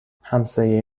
همسایه